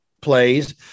plays